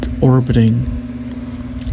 orbiting